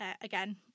again